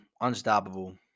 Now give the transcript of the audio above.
unstoppable